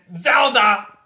Zelda